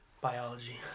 biology